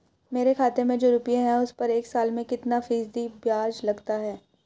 मेरे खाते में जो रुपये हैं उस पर एक साल में कितना फ़ीसदी ब्याज लगता है?